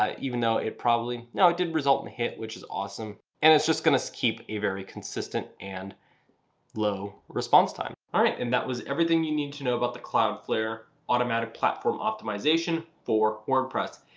ah even though it probably. no it did result in a hit, which is awesome and it's just gonna keep a very consistent and low response time. alright and that was everything you need to know about the cloudflare automatic platform optimization for wordpress.